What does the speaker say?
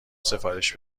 سفارش